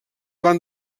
van